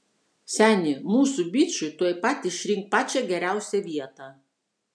seni mūsų bičui tuoj pat išrink pačią geriausią vietą